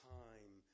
time